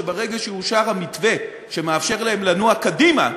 שברגע שאושר המתווה שמאפשר להן לנוע קדימה,